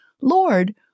Lord